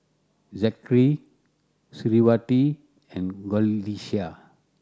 Zikri Suriawati and Qalisha